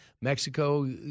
Mexico